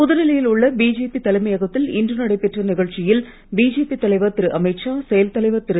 புதுடெல்லியில் உள்ள பிஜேபி தலைமையகத்தில் இன்று நடைபெற்ற நிகழ்ச்சியில் பிஜேபி தலைவர் திரு அமீத் ஷா செயல் தலைவர் திரு